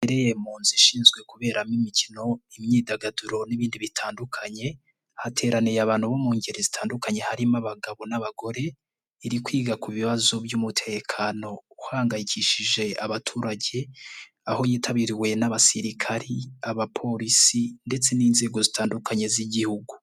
Iherereye ,mu nzu ishinzwe kuberamo imikino imyidagaduro n'ibindi bitandukanye, hateraniye abantu bo mu ngeri zitandukanye harimo abagabo n'abagore, iri kwiga ku bibazo by'umutekano uhangayikishije abaturage,, aho yitabiriwe n'abasirikari abapolisi ndetse n'inzego zitandukanye z'igihugu.